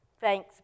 Thanks